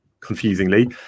confusingly